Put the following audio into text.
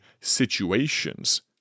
situations